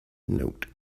note